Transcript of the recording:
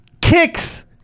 kicks